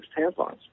tampons